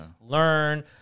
learn